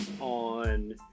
on